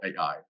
AI